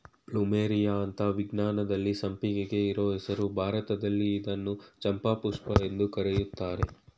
plumeria ಅಂತ ವಿಜ್ಞಾನದಲ್ಲಿ ಸಂಪಿಗೆಗೆ ಇರೋ ಹೆಸ್ರು ಭಾರತದಲ್ಲಿ ಇದ್ನ ಚಂಪಾಪುಷ್ಪ ಅಂತ ಕರೀತರೆ